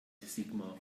sigmar